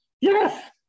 Yes